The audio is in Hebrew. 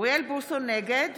נגד